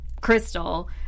Crystal